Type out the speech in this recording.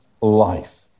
life